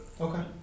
Okay